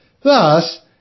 Thus